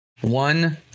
one